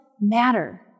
matter